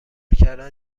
کردن